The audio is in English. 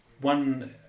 one